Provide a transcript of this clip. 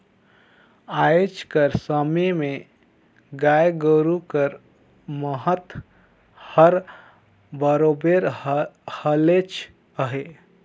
आएज कर समे में गाय गरू कर महत हर बरोबेर हलेच अहे